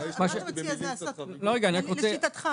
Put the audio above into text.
לשיטתך,